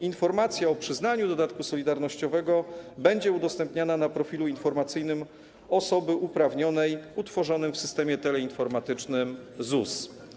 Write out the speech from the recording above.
Informacja o przyznaniu dodatku solidarnościowego będzie udostępniona na profilu informacyjnym osoby uprawnionej utworzonym w systemie teleinformatycznym ZUS.